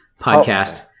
podcast